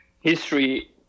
history